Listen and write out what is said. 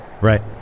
Right